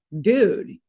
dude